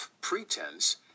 pretense